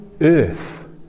earth